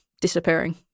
disappearing